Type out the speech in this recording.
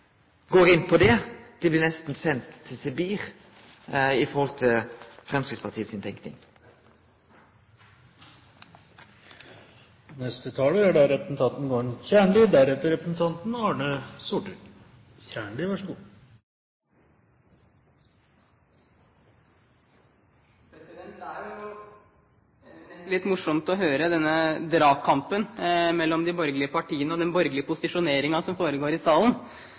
går inn på det, blir sende til Sibir, ifølgje Framstegspartiet si tenking. Det er unektelig litt morsomt å høre denne dragkampen mellom de borgerlige partiene og den borgerlige posisjoneringen som foregår i salen.